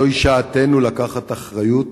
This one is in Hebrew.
זוהי שעתנו לקחת אחריות